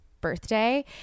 birthday